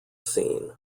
scene